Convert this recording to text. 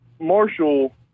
Marshall